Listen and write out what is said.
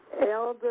Elder